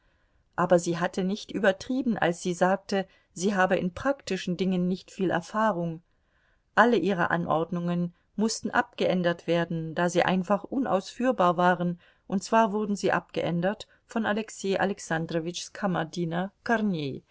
aber sie hatte nicht übertrieben als sie sagte sie habe in praktischen dingen nicht viel erfahrung alle ihre anordnungen mußten abgeändert werden da sie einfach unausführbar waren und zwar wurden sie abgeändert von alexei alexandrowitschs kammerdiener